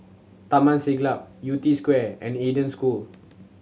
Taman Siglap Yew Tee Square and Eden School